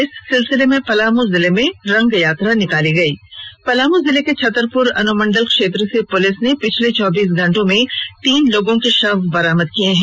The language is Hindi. इस सिलसिले में पलामू जिलें में रंग यात्रा निकाली गई पलामू जिलें के छत्तरपुर अनुमंडल क्षेत्र से पुलिस ने पिछले चौबीस घंटों में तीन लोगों के शव बरामद किए हैं